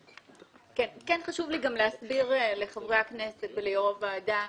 חשוב לי להסביר לחברי הכנסת וליושב-ראש הוועדה,